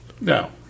No